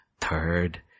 Third